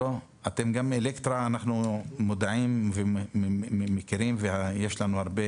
את "אלקטרה" אנחנו מודעים ומכירים ויש לנו הרבה